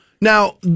Now